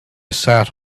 sat